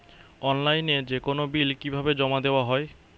অনলাইনে যেকোনো বিল কিভাবে জমা দেওয়া হয়?